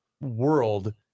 world